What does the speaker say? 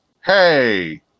Hey